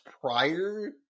prior